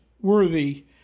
worthy